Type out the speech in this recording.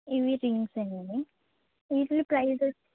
ఇవి రింగ్స్ అండి వీటి ప్రైజ్